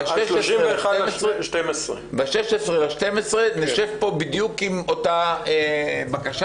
שב-16.12 נשב פה בדיוק עם אותה בקשה.